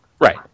right